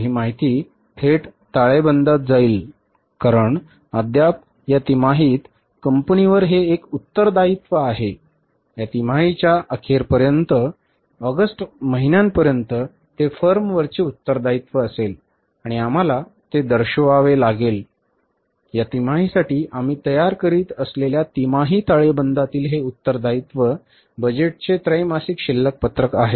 तर ही माहिती थेट ताळेबंदात जाईल कारण अद्याप या तिमाहीत कंपनीवर हे एक उत्तरदायित्व आहे या तिमाहीच्या अखेरपर्यंत ऑगस्ट महिन्यापर्यंत ते फर्मवरचे उत्तरदायित्व असेल आणि आम्हाला ते दर्शवावे लागेल या तिमाहीसाठी आम्ही तयार करीत असलेल्या तिमाही ताळेबंदातील हे उत्तरदायित्व बजेटचे त्रैमासिक शिल्लक पत्रक आहे